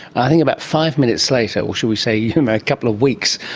i think about five minutes later, or should we say yeah um a couple of weeks,